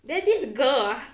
then this girl ah